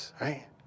right